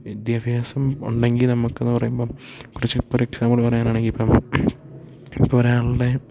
വിദ്യാഭ്യാസം ഉണ്ടെങ്കിൽ നമുക്ക് എന്ന് പറയുമ്പം കുറച്ച് ഇപ്പോൾ ഒരു എക്സാമ്പിള് പറയാനാണെങ്കിൽ ഇപ്പം ഇപ്പം ഒരാളുടെ